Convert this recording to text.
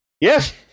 Yes